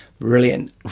Brilliant